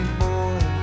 boy